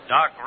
Doc